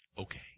Okay